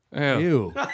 Ew